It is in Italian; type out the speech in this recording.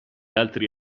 altri